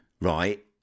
right